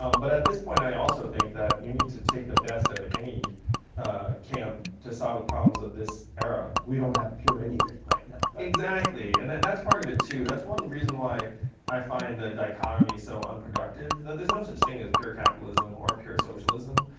um but at this point, i also think that you need to take the best of any camp to solve the problems of this era. we don't have pure anything right now. exactly. and that's part of it, that's one reason why i find the dichotomy so unproductive that there's no such thing as pure capitalism or pure socialism.